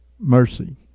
Mercy